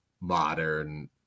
modern